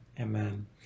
Amen